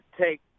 take